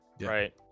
right